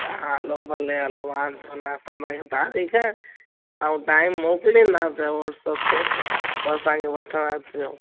हा हलो भले हलो वांधो न असां तव्हांखे तारीख़ ऐं टाईम मोकलींदासीं वॉट्सप ते पोइ असांखे वठणु अचजो